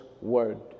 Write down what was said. word